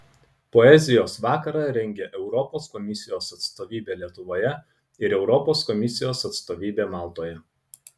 poezijos vakarą rengia europos komisijos atstovybė lietuvoje ir europos komisijos atstovybė maltoje